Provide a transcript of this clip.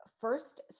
first